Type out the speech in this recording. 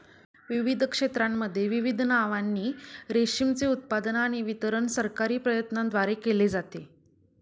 विविध क्षेत्रांमध्ये विविध नावांनी रेशीमचे उत्पादन आणि वितरण सरकारी प्रयत्नांद्वारे केले जाते